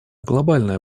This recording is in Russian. глобальная